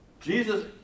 Jesus